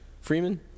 Freeman